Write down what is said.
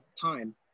time